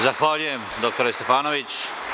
Zahvaljujem dr Stefanović.